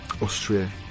Austria